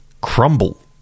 crumble